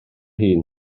hun